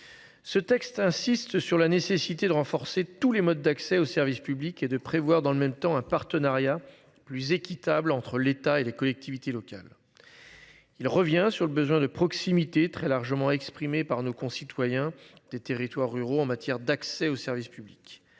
Ce texte insiste sur la nécessité de renforcer tous les modes d'accès au service public et de prévoir dans le même temps un partenariat plus équitable entre l'État et les collectivités locales. Il revient sur le besoin de proximité très largement exprimés par nos concitoyens des territoires ruraux en matière d'accès au service public.